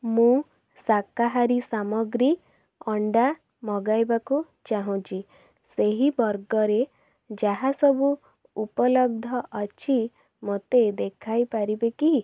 ମୁଁ ଶାକାହାରୀ ସାମଗ୍ରୀ ଅଣ୍ଡା ମଗାଇବାକୁ ଚାହୁଁଛି ସେହି ବର୍ଗରେ ଯାହା ସବୁ ଉପଲବ୍ଧ ଅଛି ମୋତେ ଦେଖାଇପାରିବେ କି